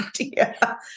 idea